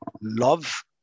love